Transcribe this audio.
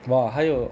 !wah! 还有